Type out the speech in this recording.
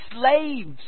slaves